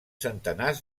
centenars